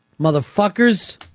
Motherfuckers